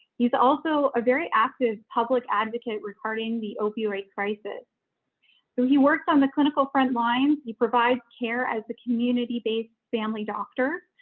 he's also a very active public advocate regarding the opioid crisis so he worked on the clinical front lines. he provide care as the community-based family doctor,